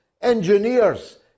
engineers